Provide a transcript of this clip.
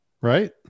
Right